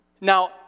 Now